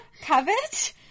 covet